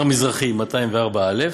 אתר מזרחי, 204א,